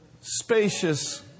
spacious